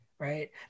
right